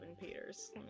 Peters